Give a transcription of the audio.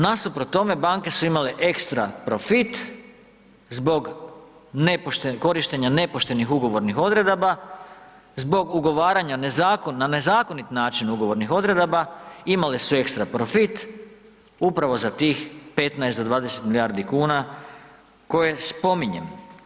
Nasuprot tome, banke su imale ekstra profit zbog korištenja nepoštenih ugovornih odredaba, zbog ugovaranja na nezakonit način ugovornih odredaba, imali su ekstra profit upravo za tih 15-20 milijardi kuna koje spominjem.